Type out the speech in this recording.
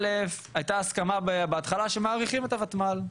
א', הייתה הסכמה בהתחלה שמאריכים את הוותמ"ל.